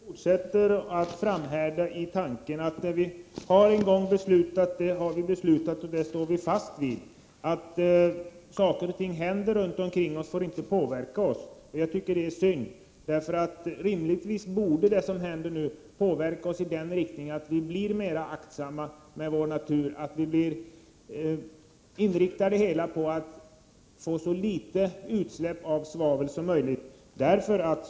Herr talman! Jordbruksministern fortsätter att framhärda i tanken att det vi en gång har beslutat, det har vi beslutat, och det står vi fast vid. Att saker och ting händer runt omkring oss får inte påverka oss. Det är synd, därför att det som händer nu borde rimligtvis påverka oss i den riktningen att vi blir mer aktsamma med vår natur, att vi inriktar det hela på att få så litet utsläpp som möjligt av svavel.